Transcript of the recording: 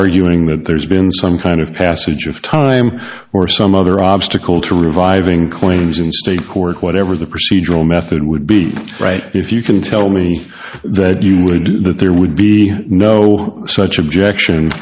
arguing that there's been some kind of passage of time or some other obstacle to reviving claims in state court whatever the procedural method would be right if you can tell me that you would that there would be no such objection